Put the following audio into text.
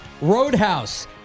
Roadhouse